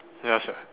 ya sia